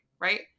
right